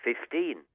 Fifteen